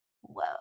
whoa